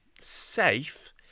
safe